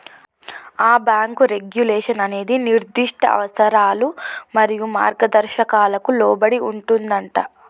ఆ bank regulation అనేది నిర్దిష్ట అవసరాలు మరియు మార్గదర్శకాలకు లోబడి ఉంటుందంటా